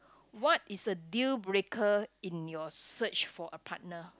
what is a deal breaker in your search for a partner